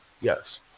yes